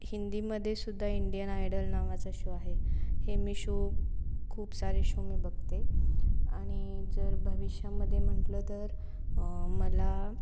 हिंदीमध्येसुद्धा Indian Idol नावाचा show आहे हे मी शो खूप सारे शो मी बघते आणि जर भविष्यामध्ये म्हटलं तर मला